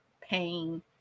pain